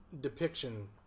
depiction